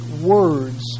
words